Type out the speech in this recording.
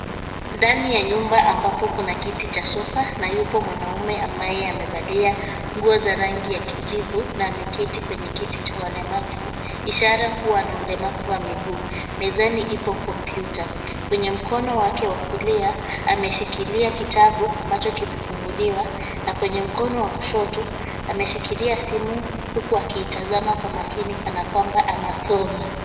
Ndani ya nyumba ambapo kuna kiti cha sofa, na yupo mwanamume ambaye amevalia nguo za rangi ya kijivu, na ameketi kwenye kiti cha walemavu, ishara kuwa ana ulemavu wa miguu. Mezani ipo kompyuta. Kwenye mkono wake wa kulia, ameshikilia kitabu ambacho kimefunguliwa, na kwenye mkono wa kushoto, ameshikilia simu, huku akiitazama kwa makini kana kwamba anasoma.